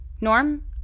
Norm